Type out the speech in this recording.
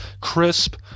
crisp